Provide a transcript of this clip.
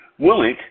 Willink